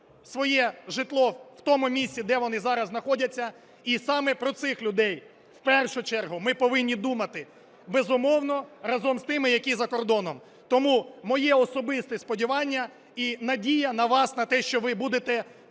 своє житло в тому місці, де вони зараз знаходяться, і саме про цих людей в першу чергу ми повинні думати, безумовно, разом з тими, які за кордоном. Тому моє особисте сподівання і надія на вас, на те, що ви будете